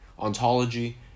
ontology